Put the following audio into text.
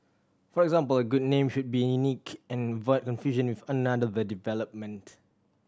for example a good name should be unique and avoid confusion with another development